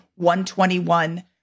121